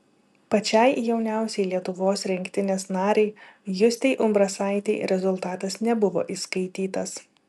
pačiai jauniausiai lietuvos rinktinės narei justei umbrasaitei rezultatas nebuvo įskaitytas